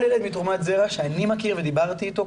כל ילד מתרומת זרע שאני מכיר ודיברתי איתו,